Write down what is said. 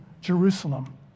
Jerusalem